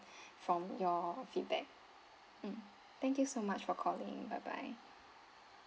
from your feedback mm thank you so much for calling bye bye